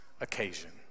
occasion